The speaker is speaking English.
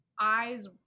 eyes